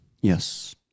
Yes